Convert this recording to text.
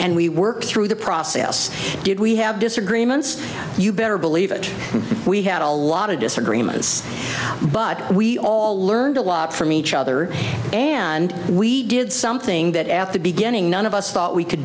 and we worked through the process did we have disagreements you better believe it we had a lot of disagreements but we all learned a lot from each other and we did something that at the beginning none of us thought we c